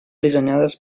dissenyades